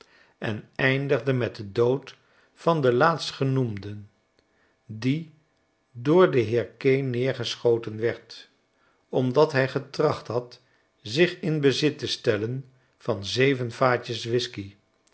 en eindigdemet den dood van den laatstgenoemden die door den heer kane neergeschoten werd omdat hij getracht had zich in bezit te stellen van zeven vaatjes whiskey